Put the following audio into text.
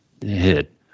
Hit